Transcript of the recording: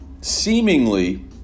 seemingly